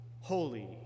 holy